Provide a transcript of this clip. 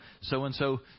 so-and-so